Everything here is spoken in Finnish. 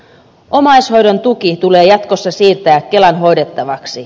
omaishoidon tuki tulee jatkossa siirtää kelan hoidettavaksi